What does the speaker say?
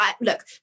look